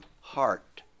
heart